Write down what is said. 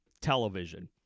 television